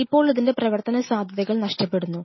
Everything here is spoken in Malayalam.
ഇപ്പോൾ ഇതിൻറെ പ്രവർത്തന സാധ്യതകൾ നഷ്ടപ്പെടുന്നു